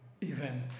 event